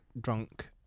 drunk